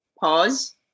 pause